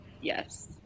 yes